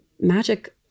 magic